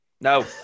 No